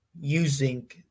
using